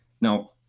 Now